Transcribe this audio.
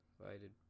divided